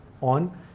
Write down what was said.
on